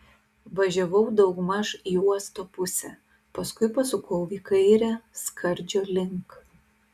važiavau daugmaž į uosto pusę paskui pasukau į kairę skardžio link